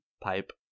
pipe